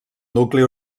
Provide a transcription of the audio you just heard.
nucli